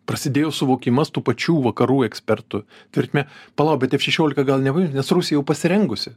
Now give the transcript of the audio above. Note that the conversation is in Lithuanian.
prasidėjo suvokimas tų pačių vakarų ekspertų tvirtme palauk bet f šešiolika gal nebu nes rusija jau pasirengusi